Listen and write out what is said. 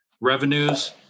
revenues